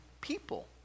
people